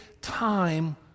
time